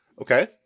Okay